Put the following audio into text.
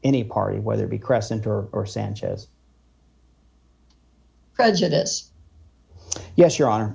any party whether be crescent or or sanchez prejudice yes your